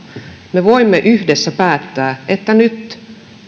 me voimme yhdessä päättää että nyt